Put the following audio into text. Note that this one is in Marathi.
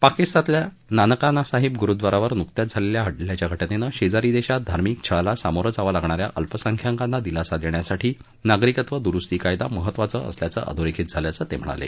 पाकिस्तानातल्या नानकाना साहिब गुरूद्वारावर नुकत्याच झालेल्या हल्ल्याच्या घजिनं शेजारी देशात धार्मिक छळाला सामोरं जावं लागणा या अल्पसंख्यकांना दिलासा देण्यासाठी नागरिकत्व दुरुस्ती कायदा महत्त्वाचा असल्याचं अधोरेखित झाल्याचं त्यांनी सांगितलं